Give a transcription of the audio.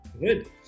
Good